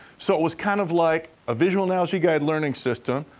so, it was kind of like a visual analogy guide learning system,